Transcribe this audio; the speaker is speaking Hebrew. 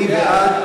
מי בעד?